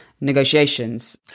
negotiations